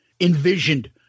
envisioned